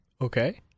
Okay